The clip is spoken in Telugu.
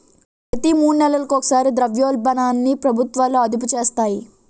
ప్రతి మూడు నెలలకు ఒకసారి ద్రవ్యోల్బణాన్ని ప్రభుత్వాలు అదుపు చేస్తాయి